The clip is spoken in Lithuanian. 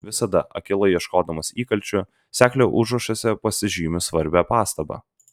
visada akylai ieškodamas įkalčių seklio užrašuose pasižymiu svarbią pastabą